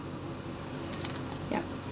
yup